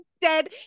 dead